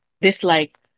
dislike